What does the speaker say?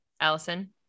allison